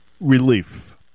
relief